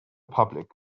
public